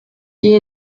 die